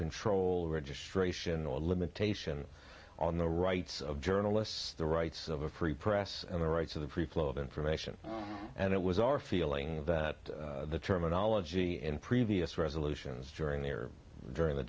control registration or limitation on the rights of journalists the rights of a free press and the rights of the free flow of information and it was our feeling that the terminology in previous resolutions during their during